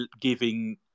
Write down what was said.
giving